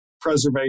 preservation